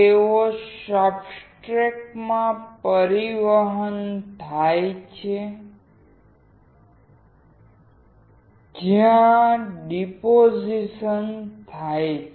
તેઓ સબસ્ટ્રેટ માં પરિવહન થાય છે જ્યાં ડિપોઝિશન થાય છે